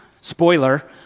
spoiler